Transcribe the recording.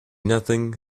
nothing